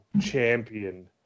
champion